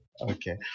Okay